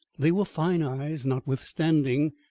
they were fine eyes notwithstanding,